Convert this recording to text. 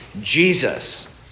Jesus